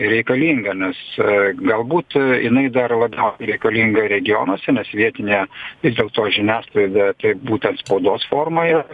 reikalinga nes galbūt jinai dar labiau reikalinga regionuose nes vietinė vis dėlto žiniasklaida būtent spaudos formoje